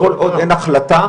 כל עוד אין החלטה,